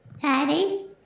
Daddy